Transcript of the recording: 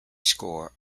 score